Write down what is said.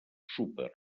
súper